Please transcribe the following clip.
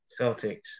Celtics